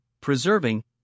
preserving